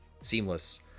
seamless